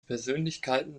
persönlichkeiten